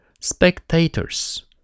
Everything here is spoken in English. spectators